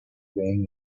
being